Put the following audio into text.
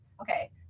okay